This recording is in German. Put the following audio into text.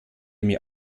mir